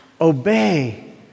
Obey